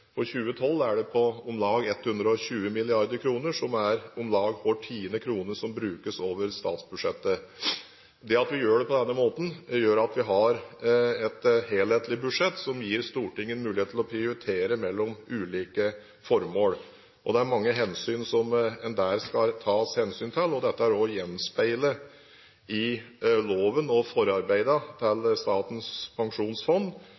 2012 er det på om lag 120 mrd. kr, som er om lag hver tiende krone som brukes over statsbudsjettet. Det at vi gjør det på denne måten, gjør at vi har et helhetlig budsjett som gir Stortinget en mulighet til å prioritere mellom ulike formål. Det er mange hensyn som en der skal ta, og dette gjenspeiles i forarbeidene til